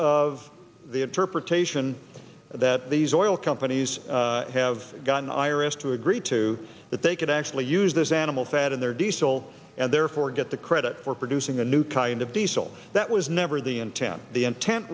of the interpretation that these oil companies have gotten iris to agree to that they could actually use this animal fat in their diesel and therefore get the credit for producing a new kind of diesel that was never the intent the intent